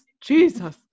Jesus